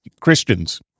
Christians